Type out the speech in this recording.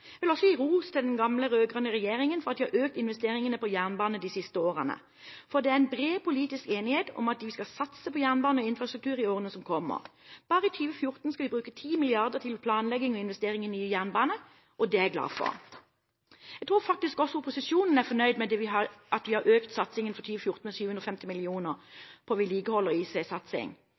vil også gi ros til den gamle, rød-grønne regjeringen for at de har økt investeringene på jernbane de siste årene, for det er bred politisk enighet om at vi skal satse på jernbane og infrastruktur i årene som kommer. Bare i 2014 skal vi bruke 10 mrd. kr til planlegging og investering i ny jernbane. Det er jeg glad for. Jeg tror faktisk også opposisjonen er fornøyd med at vi har økt satsingen for 2014 med 750 mill. kr på vedlikehold og